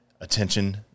attention